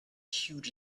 huge